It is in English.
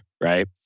right